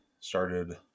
started